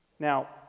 Now